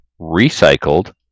recycled